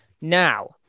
Now